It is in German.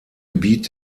gebiet